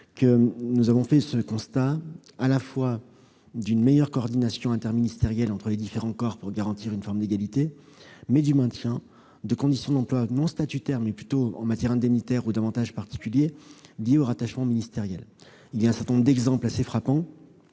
cela rejoint votre souhait -à la fois une meilleure coordination interministérielle entre les différents corps, pour garantir une forme d'égalité, et le maintien de conditions d'emploi non statutaires, plutôt en matière indemnitaire ou d'avantages particuliers liés au rattachement ministériel. Il existe un certain nombre d'exemples assez frappants.